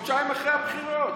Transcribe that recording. חודשיים אחרי הבחירות.